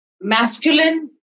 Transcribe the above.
masculine